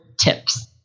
tips